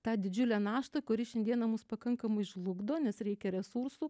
tą didžiulę naštą kuri šiandiena mūsų pakankamai žlugdo nes reikia resursų